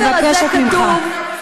אני מבקשת ממך.